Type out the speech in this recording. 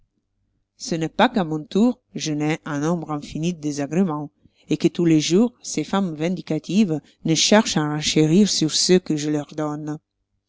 ce n'est pas qu'à mon tour je n'aie un nombre infini de désagréments et que tous les jours ces femmes vindicatives ne cherchent à renchérir sur ceux que je leur donne